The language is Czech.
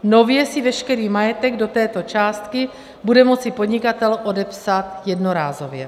Nově si veškerý majetek do této částky bude moci podnikatel odepsat jednorázově.